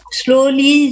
slowly